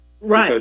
Right